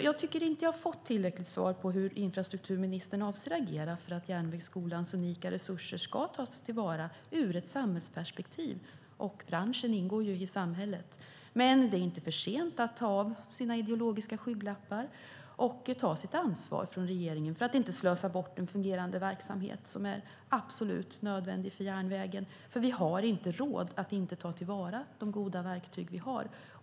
Jag tycker inte att jag har fått tillräckligt svar på hur infrastrukturministern avser att agera för att Järnvägsskolans unika resurser ska tas till vara ur ett samhällsperspektiv. Branschen ingår ju i samhället. Men det är inte för sent att ta av sina ideologiska skygglappar och ta sitt ansvar från regeringens sida, för att inte slösa bort en fungerande verksamhet som är absolut nödvändig för järnvägen. Vi har inte råd att inte ta till vara de goda verktyg vi har.